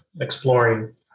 exploring